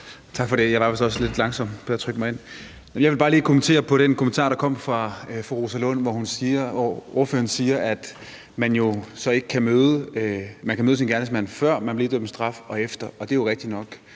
Jeg vil bare lige kommentere på den kommentar, der kom fra fru Rosa Lund, hvor ordføreren siger, at man kan møde sin gerningsmand, før denne bliver idømt straf og efter. Det er jo rigtigt nok,